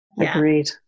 Agreed